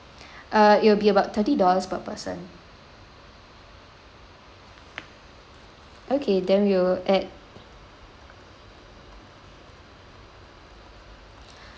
uh it will be about thirty dollars per person okay then we'll add